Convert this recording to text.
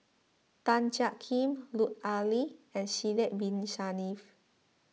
Tan Jiak Kim Lut Ali and Sidek Bin Saniff